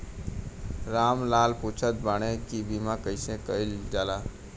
राम लाल पुछत बाड़े की बीमा कैसे कईल जाला?